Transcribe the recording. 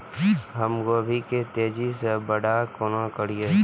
हम गोभी के तेजी से बड़ा केना करिए?